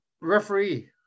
Referee